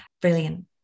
brilliant